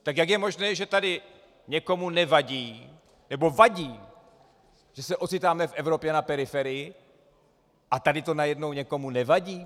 Tak jak je možné, že tady někomu nevadí, nebo vadí, že se ocitáme v Evropě na periferii, a tady to najednou někomu nevadí?